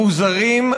מוזרים,